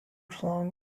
song